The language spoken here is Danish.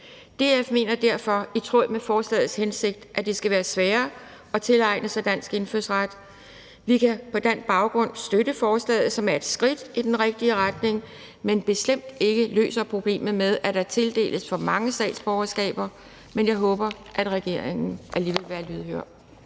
DF mener derfor, i tråd med forslagets hensigt, at det skal være sværere at tilegne sig dansk indfødsret, og vi kan på den baggrund støtte forslaget, som er et skridt i den rigtige retning, men som bestemt ikke løser problemet med, at der tildeles for mange statsborgerskaber. Men jeg håber, at regeringen alligevel vil være lydhør.